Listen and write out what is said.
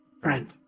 Friend